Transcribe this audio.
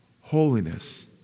Holiness